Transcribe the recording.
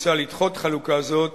מוצע לדחות חלוקה זאת